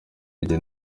igihe